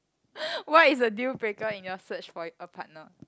what is the dealbreaker in your search for a partner